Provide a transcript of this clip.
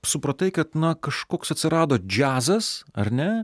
supratai kad na kažkoks atsirado džiazas ar ne